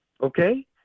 Okay